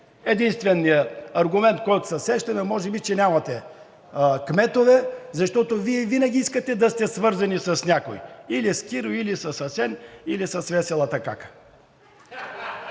Единственият аргумент, който се сещам, е може би, че нямате кметове, защото Вие винаги искате да сте свързани с някой – или с Киро, или с Асен, или с веселата кака.